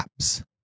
apps